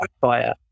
fire